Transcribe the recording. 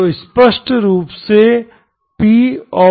तो स्पष्ट रूप से px2x qx2x